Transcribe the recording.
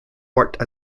worked